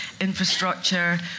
infrastructure